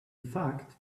fact